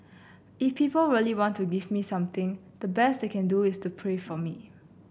if people really want to give me something the best they can do is pray for me